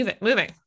moving